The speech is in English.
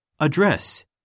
Address